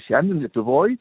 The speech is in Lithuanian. šiandien lietuvoje